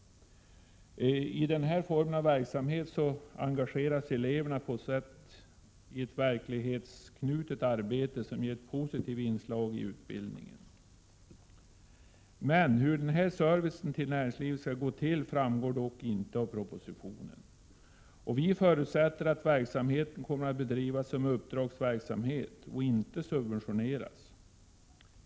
I denna form av verksamhet engageras eleverna i ett verklighetsanknutet arbete, som ger ett positivt inslag i utbildningen. Hur denna service till näringslivet skall gå till framgår dock inte av propositionen. Vi förutsätter att verksamheten kommer att bedrivas som uppdragsverksamhet och inte subventioneras.